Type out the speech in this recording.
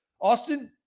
Austin